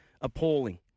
appalling